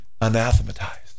anathematized